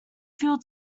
fuel